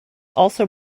also